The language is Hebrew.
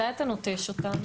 מתי אתה נוטש אותנו?